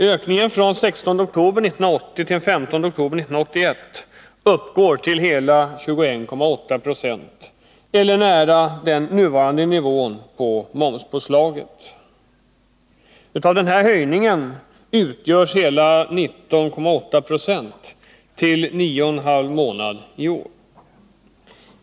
Ökningen från den 16 oktober 1980 till den 15 oktober 1981 har uppgått till hela 21,8 96, eller nära den nuvarande nivån på momsen. Av den höjningen hänför sig hela 19,8 9 till nio och en halv månad i år.